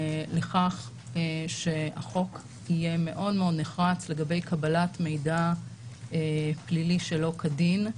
לכך שהחוק יהיה מאוד מאוד נחרץ לגבי קבלת מידע פלילי שלא כדין.